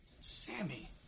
Sammy